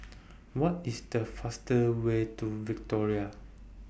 What IS The fasterway to Victoria